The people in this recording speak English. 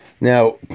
Now